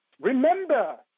remember